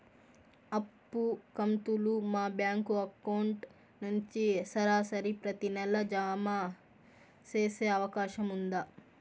అప్పు కంతులు మా బ్యాంకు అకౌంట్ నుంచి సరాసరి ప్రతి నెల జామ సేసే అవకాశం ఉందా?